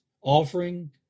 offering